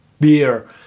beer